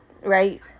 right